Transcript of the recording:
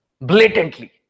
blatantly